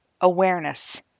Awareness